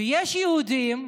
ויש יהודים,